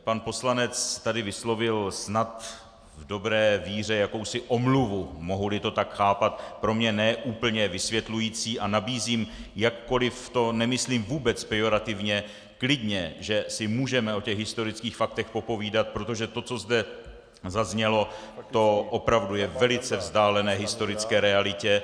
Pan poslanec tady vyslovil, snad v dobré víře, jakousi omluvu, mohuli to tak chápat, pro mě ne úplně vysvětlující, a nabízím, jakkoliv to nemyslím vůbec pejorativně, klidně, že si můžeme o těch historických faktech popovídat, protože to, co zde zaznělo, je opravdu velice vzdálené historické realitě.